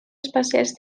espacials